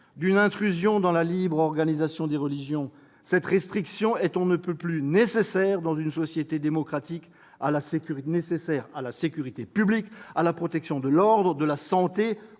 d'une intrusion dans la libre organisation des religions, cette restriction est on ne peut plus « nécessaire, dans une société démocratique, à la sécurité publique, à la protection de l'ordre, de la santé